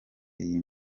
iyo